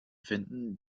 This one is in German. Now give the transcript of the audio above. finden